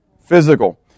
Physical